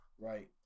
Right